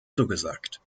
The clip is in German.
zugesagt